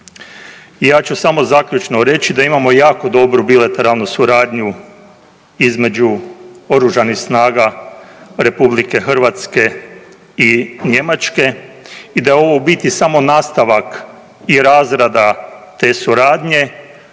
Ja ću samo zaključno reći da imamo jako dobru bilateralnu suradnju između Oružanih snaga Republike Hrvatske i Njemačke i da je ovo u biti samo nastavak i razrada te suradnje,